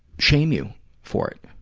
shame you for it?